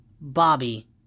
Bobby